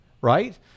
right